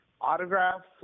autographs